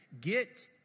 get